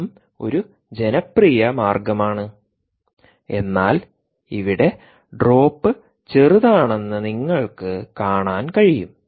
ഇതും ഒരു ജനപ്രിയ മാർഗ്ഗമാണ് എന്നാൽ ഇവിടെ ഡ്രോപ്പ് ചെറുതാണെന്ന് നിങ്ങൾക്ക് കാണാൻ കഴിയും